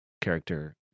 character